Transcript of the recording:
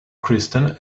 kristen